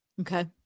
Okay